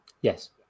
yes